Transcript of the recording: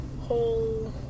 whole